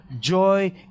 joy